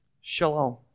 Shalom